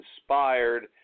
inspired